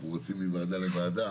אנחנו רצים מוועדה לוועדה